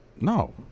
No